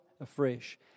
afresh